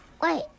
wait